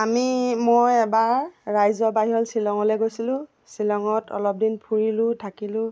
আমি মই এবাৰ ৰাইজৰ বাহিৰত শ্বিলঙলৈ গৈছিলোঁ শ্বিলঙত অলপ দিন ফুৰিলোঁ থাকিলোঁ